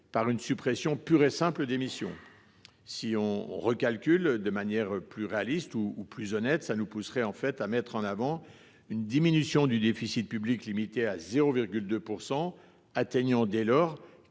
par une suppression pure et simple de ces missions. Un recalcul plus réaliste, ou plus « honnête », pousserait à mettre en avant une diminution du déficit public limitée à 0,2 %, atteignant dès lors